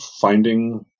finding